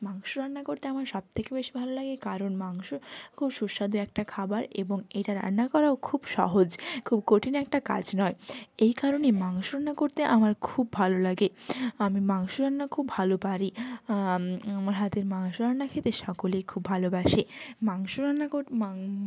মাংস রান্না করতে আমার সব থেকে বেশি ভালো লাগে কারণ মাংস খুব সুস্বাদু একটা খাবার এবং এটা রান্না করাও খুব সহজ খুব কঠিন একটা কাজ নয় এই কারণে মাংস রান্না করতে আমার খুব ভালো লাগে আমি মাংস রান্না খুব ভালো পারি আমার হাতের মাংস রান্না খেতে সকলেই খুব ভালোবাসে মাংস রান্না